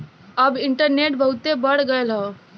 अब इन्टरनेट बहुते बढ़ गयल हौ